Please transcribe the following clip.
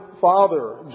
father